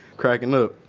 cracking up.